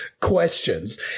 questions